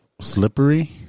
slippery